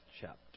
chapter